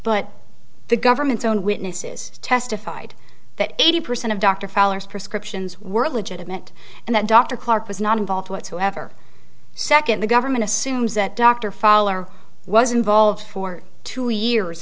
but the government's own witnesses testified that eighty percent of dr feller's prescriptions were legitimate and that dr clark was not involved whatsoever second the government assumes that dr foller was involved for two years